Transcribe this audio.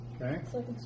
Okay